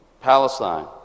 Palestine